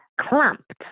clamped